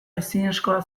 ezinezkoa